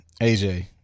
AJ